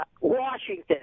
Washington